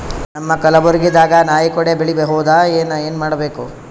ನಮ್ಮ ಕಲಬುರ್ಗಿ ದಾಗ ನಾಯಿ ಕೊಡೆ ಬೆಳಿ ಬಹುದಾ, ಏನ ಏನ್ ಮಾಡಬೇಕು?